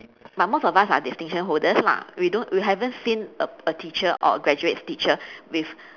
but most of us are distinction holders lah we don't we haven't seen a a teacher or a graduates teacher with